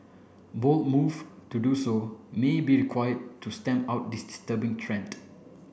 bold move to do so may be require to stamp out this disturbing trend